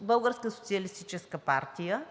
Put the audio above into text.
Българската социалистическа партия,